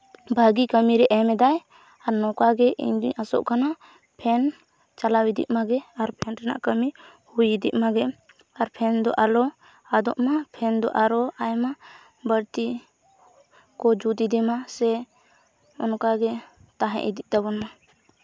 ᱵᱷᱟᱹᱜᱤ ᱠᱟᱹᱢᱤᱨᱮ ᱮᱢ ᱮᱫᱟᱭ ᱟᱨ ᱱᱚᱝᱠᱟᱜᱮ ᱤᱧᱫᱩᱧ ᱟᱥᱚᱜ ᱠᱟᱱᱟ ᱯᱷᱮᱱ ᱪᱟᱞᱟᱣ ᱤᱫᱤᱜ ᱢᱟᱜᱮ ᱟᱨ ᱯᱷᱮᱱ ᱨᱮᱱᱟᱜ ᱠᱟᱹᱢᱤ ᱦᱩᱭ ᱤᱫᱤᱜ ᱢᱟᱜᱮ ᱟᱨ ᱯᱷᱮᱱ ᱫᱚ ᱟᱞᱚ ᱟᱫᱚᱜ ᱢᱟ ᱯᱷᱮᱱ ᱫᱚ ᱟᱨᱚ ᱟᱭᱢᱟ ᱵᱟᱹᱲᱛᱤ ᱠᱚ ᱡᱩᱛ ᱤᱫᱤᱢᱟ ᱥᱮ ᱚᱱᱠᱟ ᱜᱮ ᱛᱟᱦᱮᱸ ᱤᱫᱤᱜ ᱛᱟᱵᱚᱱ ᱢᱟ